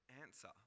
answer